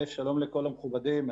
שלום לכל המכובדים,